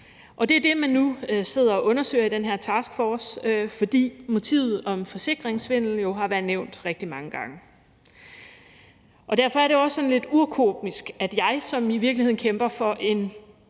det er det, man nu sidder og undersøger i den her taskforce, fordi motivet om forsikringssvindel jo har været nævnt rigtig mange gange. Derfor er det også sådan lidt urkomisk, at jeg, som i virkeligheden kæmper for en